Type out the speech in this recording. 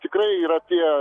tikrai yra tie